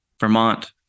Vermont